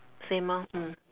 same orh mm